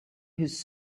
his